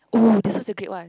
!oo! this one's a great one